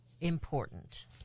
important